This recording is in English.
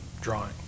drawing